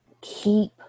Keep